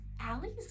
Allie's